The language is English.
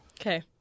Okay